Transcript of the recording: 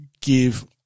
give